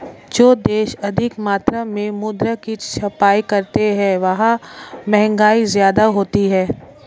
जो देश अधिक मात्रा में मुद्रा की छपाई करते हैं वहां महंगाई ज्यादा होती है